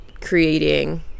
creating